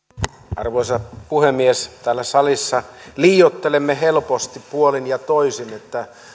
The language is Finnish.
arvoisa puhemies täällä salissa liioittelemme helposti puolin ja toisin eli